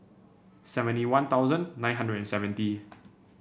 seventy One Thousand nine hundred and seventy